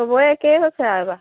চবৰে একেই হৈছে আৰু এইবাৰ